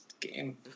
game